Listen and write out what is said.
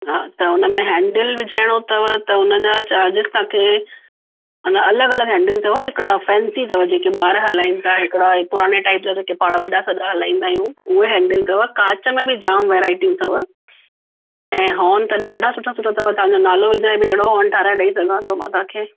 हा त उन में हैंडिल विझाइणो अथव त उन जा चर्जिस तव्हांखे मना अलॻि अलॻि हैंडिल ईंदव हिकिड़ा फ़ैन्सी अथव जेके ॿार हलाइनि था हिकिड़ा पुराने टाईप जा जेके पाण वॾा सॾा हलाईंदा आहियूं उहे हैंडिल अथव काच में बि जामु वैराटियूं अथव ऐं हॉर्न त ॾाढा सुठा सुठा अथव तव्हांजो नालो विझाए अहिड़ो हॉर्न ठहाराए ॾई सघां थो मां तव्हांखे